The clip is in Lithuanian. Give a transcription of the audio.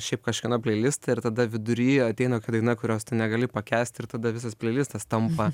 šiaip kažkieno pleilistą ir tada vidury ateina kokia daina kurios tu negali pakęst ir tada visas pleilistas tampa